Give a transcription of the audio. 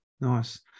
Nice